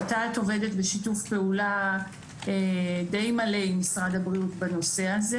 ות"ת עובדת בשיתוף פעולה די מלא עם משרד הבריאות בנושא הזה.